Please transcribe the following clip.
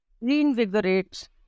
reinvigorate